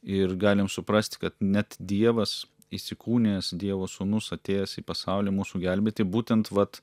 ir galim suprast kad net dievas įsikūnijęs dievo sūnus atėjęs į pasaulį mūsų gelbėti būtent vat